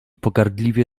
pogardliwie